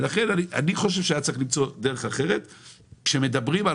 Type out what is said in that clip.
ולכן אני חושב שהיה צריך למצוא דרך אחרת כשמדברים על